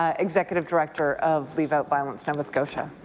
ah executive director of leave out violence nova scotia.